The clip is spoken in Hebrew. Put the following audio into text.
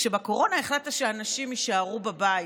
כשבקורונה החלטת שאנשים יישארו בבית,